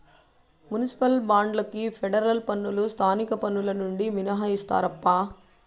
municipal బాండ్లకు federal పన్నులు స్థానిక పన్నులు నుండి మినహాయిస్తారప్పా